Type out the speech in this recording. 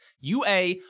UA